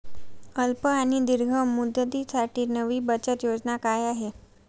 अल्प आणि दीर्घ मुदतीसाठी नवी बचत योजना काय आहे?